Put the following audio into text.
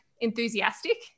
enthusiastic